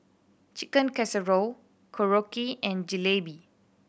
Chicken Casserole Korokke and Jalebi